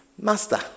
Master